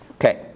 Okay